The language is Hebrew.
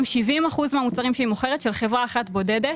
70 אחוזים מהמוצרים שהיא מוכרת של חברה אחת בודדת.